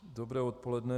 Dobré odpoledne.